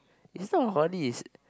is not horny is